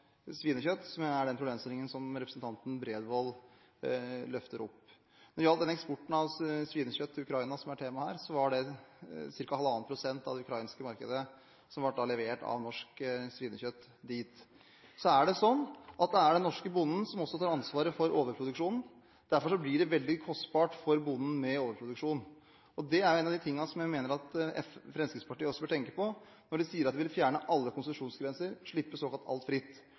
svinekjøtt, som er den problemstillingen som representanten Bredvold løfter opp. Når det gjelder eksporten av svinekjøtt til Ukraina, som var temaet her, var det ca. halvannen prosent av det ukrainske markedet det som ble levert dit av norsk svinekjøtt. Så er det sånn at det er den norske bonden som også tar ansvaret for overproduksjonen. Derfor blir det veldig kostbart for bonden med overproduksjon. Det er en av de tingene som jeg mener at Fremskrittspartiet også bør tenke på når de sier at de vil fjerne alle konsesjonsgrenser og såkalt slippe alt fritt.